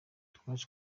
twaje